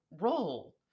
role